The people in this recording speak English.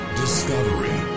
discovery